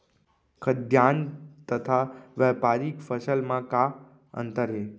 खाद्यान्न तथा व्यापारिक फसल मा का अंतर हे?